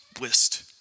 list